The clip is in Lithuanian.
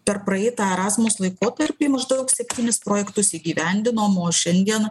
per praeitą erazmus laikotarpį maždaug septynis projektus įgyvendinom o šiandien